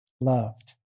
loved